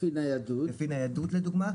לפי ניידות לדוגמה,